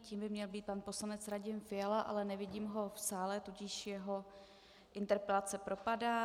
Tím by měl být pan poslanec Radim Fiala, ale nevidím ho v sále, tudíž jeho interpelace propadá.